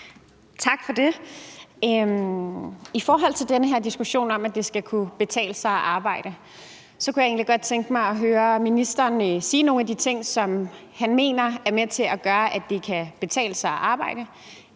Tak for det. I forhold til den her diskussion om, at det skal kunne betale sig at arbejde, kunne jeg egentlig godt tænke mig at høre ministeren sige nogle af de ting, som han mener er med til at gøre, at det kan betale sig at arbejde.